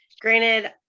granted